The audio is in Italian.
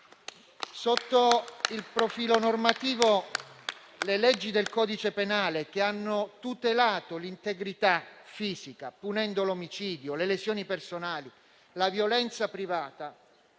Sotto il profilo normativo, le leggi del codice penale che hanno tutelato l'integrità fisica, punendo l'omicidio, le lesioni personali e la violenza privata,